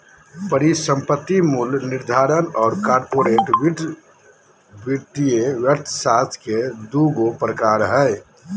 परिसंपत्ति मूल्य निर्धारण और कॉर्पोरेट वित्त वित्तीय अर्थशास्त्र के दू गो प्रकार हइ